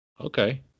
Okay